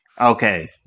Okay